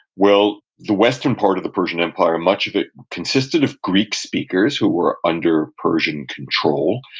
well, the western part of the persian empire, much of it consisted of greek speakers who were under persian control,